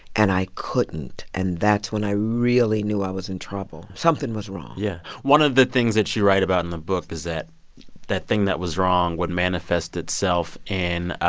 and i couldn't. and that's when i really knew i was in trouble. something was wrong yeah. one of the things that you write about in the book is that that thing that was wrong would manifest itself in